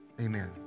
amen